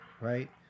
right